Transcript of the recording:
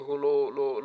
אם הוא לא מוכה,